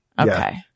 Okay